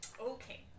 Okay